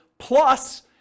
plus